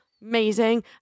amazing